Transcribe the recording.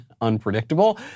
unpredictable